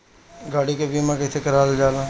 गाड़ी के बीमा कईसे करल जाला?